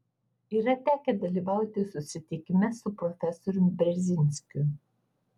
yra tekę dalyvauti susitikime su profesorium brzezinskiu